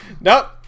Nope